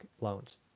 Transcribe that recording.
loans